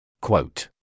Quote